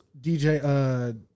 DJ